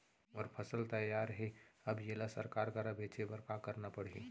मोर फसल तैयार हे अब येला सरकार करा बेचे बर का करना पड़ही?